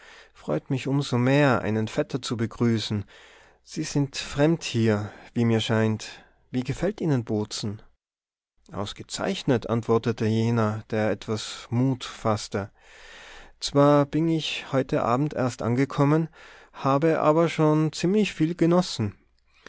freut mich um so mehr einen vetter zu begrüßen sie sind fremd hier wie mir scheint wie gefällt ihnen bozen ausgezeichnet antwortete jener der etwas mut faßte zwar bin ich heute abend erst angekommen habe aber schon ziemlich viel genossen